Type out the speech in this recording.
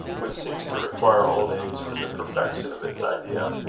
which seems to require old age for the perfection of its idea.